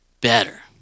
better